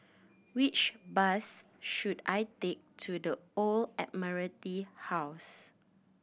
which bus should I take to The Old Admiralty House